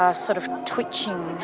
ah sort of twitching.